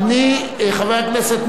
חבר הכנסת מולה,